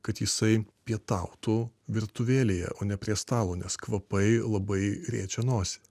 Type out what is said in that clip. kad jisai pietautų virtuvėlėje o ne prie stalo nes kvapai labai riečia nosį